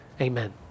amen